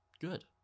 good